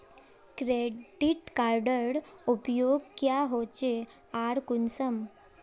Credit कार्डेर उपयोग क्याँ होचे आर कुंसम?